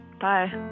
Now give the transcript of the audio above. Bye